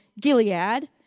Gilead